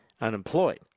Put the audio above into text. unemployed